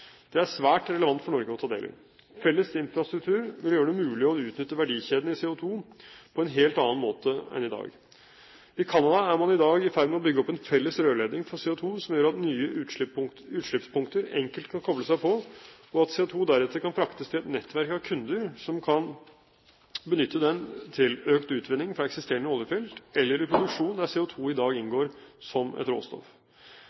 Det er svært relevant for Norge å ta del i. Felles infrastruktur vil gjøre det mulig å utnytte verdikjeden i CO2 på en helt annen måte enn i dag. I Canada er man i dag i ferd med å bygge opp en felles rørledning for CO2 som gjør at nye utslippspunkter enkelt kan kople seg på, og at CO2-gassen deretter kan fraktes til et nettverk av kunder som kan benytte den til økt utvinning fra eksisterende oljefelt eller i produksjon der CO2 i dag